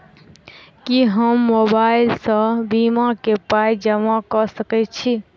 की हम मोबाइल सअ बीमा केँ पाई जमा कऽ सकैत छी?